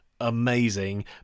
amazing